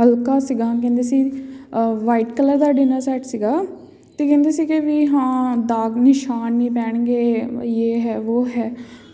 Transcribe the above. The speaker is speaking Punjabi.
ਹਲਕਾ ਸੀਗਾ ਕਹਿੰਦੇ ਸੀ ਵਾਈਟ ਕਲਰ ਦਾ ਡਿਨਰ ਸੈੱਟ ਸੀਗਾ ਅਤੇ ਕਹਿੰਦੇ ਸੀਗੇ ਵੀ ਹਾਂ ਦਾਗ਼ ਨਿਸ਼ਾਨ ਨਹੀਂ ਪੈਣਗੇ ਯੇ ਹੈ ਵੋ ਹੈ